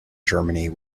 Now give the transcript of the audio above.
germany